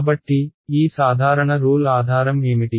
కాబట్టి ఈ సాధారణ రూల్ ఆధారం ఏమిటి